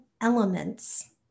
elements